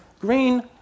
Green